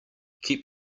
keep